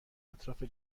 اطراف